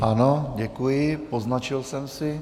Ano, děkuji, poznačil jsem si.